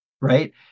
Right